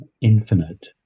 infinite